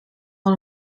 van